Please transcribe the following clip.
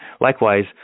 likewise